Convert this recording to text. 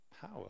power